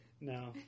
No